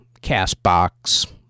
CastBox